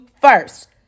first